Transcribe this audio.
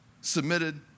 submitted